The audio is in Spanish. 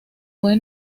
fue